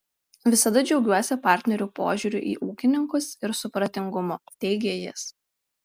visada džiaugiuosi partnerių požiūriu į ūkininkus ir supratingumu teigė jis